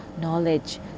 knowledge